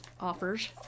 offers